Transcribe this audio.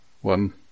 one